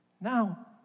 Now